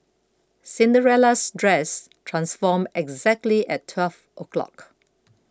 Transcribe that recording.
Cinderella's dress transformed exactly at twelve o'clock